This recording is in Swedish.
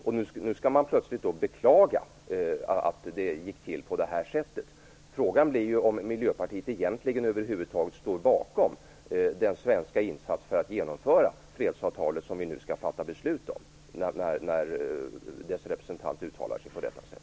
Nu beklagar man plötsligt att det gick till på det här sättet. Frågan blir då om Miljöpartiet egentligen över huvud taget står bakom den svenska insatsen för att genomföra fredsavtalet som vi nu skall fatta beslut om, när dess representant uttalar sig på detta sätt.